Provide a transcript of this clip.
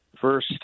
first